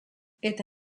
eta